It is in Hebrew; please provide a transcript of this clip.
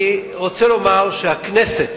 אני רוצה לומר שהכנסת